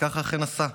וכך אכן עשה.